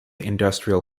industrial